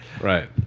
Right